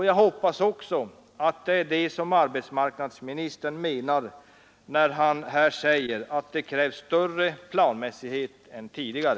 Jag hoppas också att det är det som arbetsmarknadsministern menar när han säger att ”det krävs större planmässighet än tidigare”.